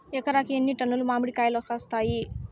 ఎకరాకి ఎన్ని టన్నులు మామిడి కాయలు కాస్తాయి?